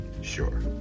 Sure